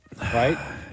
Right